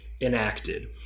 enacted